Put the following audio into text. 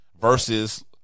Versus